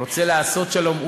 רוצה לעשות שלום,